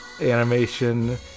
animation